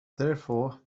therefore